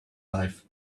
life